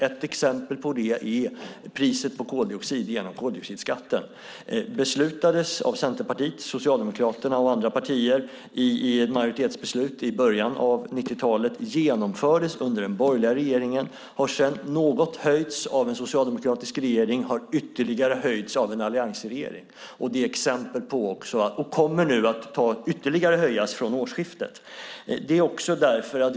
Ett exempel på det är priset på koldioxid genom koldioxidskatten. Det beslutades av Centerpartiet, Socialdemokraterna och andra partier i ett majoritetsbeslut i början av 1990-talet. Det genomfördes under den borgerliga regeringen och har sedan något höjts av en socialdemokratisk regering och sedan ytterligare av en alliansregering. Det kommer nu att ytterligare höjas från årsskiftet.